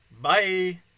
Bye